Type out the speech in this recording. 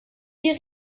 die